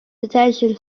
detention